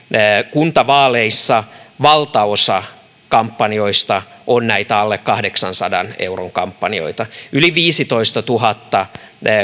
kuntavaaleissa valtaosa kampanjoista on näitä alle kahdeksansadan euron kampanjoita yli viisitoistatuhatta